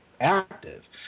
active